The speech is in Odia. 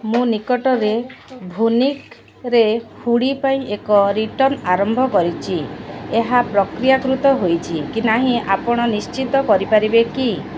ମୁଁ ନିକଟରେ ଭୁନିକ୍ରେ ହୁଡ଼ି ପାଇଁ ଏକ ରିଟର୍ଣ୍ଣ ଆରମ୍ଭ କରିଛି ଏହା ପ୍ରକ୍ରିୟାକୃତ ହୋଇଛି କି ନାହିଁ ଆପଣ ନିଶ୍ଚିତ କରିପାରିବେ କି